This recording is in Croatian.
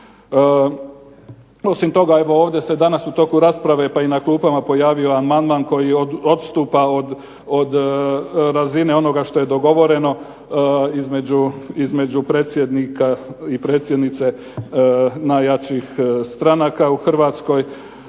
Osim toga evo ovdje se danas u toku rasprave, pa i na klupama pojavio amandman koji odstupa od razine onoga što je dogovoreno, između predsjednika i predsjednice najjačih stranaka u Hrvatskoj,